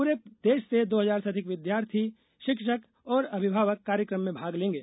पूरे देश से दो हज़ार से अधिक विद्यार्थी शिक्षक और अभिभावक कार्यक्रम में भाग लेंगे